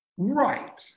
Right